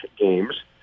games